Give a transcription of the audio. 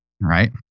right